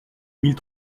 mille